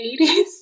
80s